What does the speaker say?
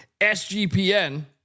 SGPN